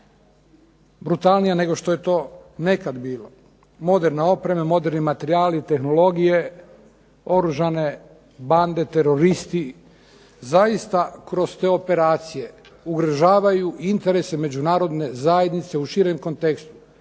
brutalnija nego što je to nekada bilo. Moderna oprema, moderni materijali, tehnologije oružane, bande, teroristi, zaista kroz te operacije ugrožavaju interese međunarodne zajednice u širem kontekstu.